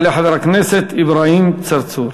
יעלה חבר הכנסת אברהים צרצור.